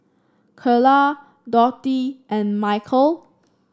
Karla Dorthey and Michal